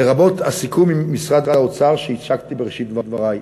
לרבות הסיכום עם משרד האוצר שהצגתי בראשית דברי,